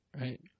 Right